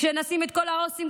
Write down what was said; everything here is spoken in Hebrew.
כשנשים את כל העו"סים,